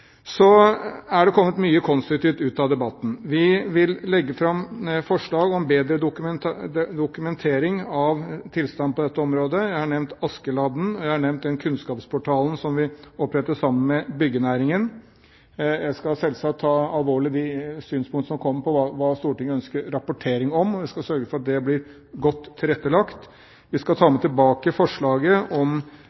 Så er det kommet mye konstruktivt ut av debatten. Vi vil legge fram forslag om bedre dokumentering av tilstanden på dette området. Jeg har nevnt Askeladden, og jeg har nevnt den kunnskapsportalen som vi oppretter sammen med byggenæringen. Jeg skal selvsagt ta alvorlig de synspunkter som kom på hva Stortinget ønsker rapportering om, og jeg skal sørge for at det blir godt tilrettelagt. Vi skal ta